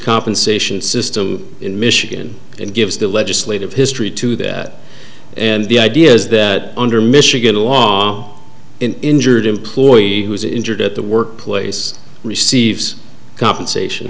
compensation system in michigan and gives the legislative history to that and the idea is that under michigan along in injured employee who's injured at the workplace receives compensation